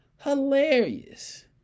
Hilarious